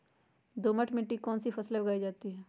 दोमट मिट्टी कौन कौन सी फसलें उगाई जाती है?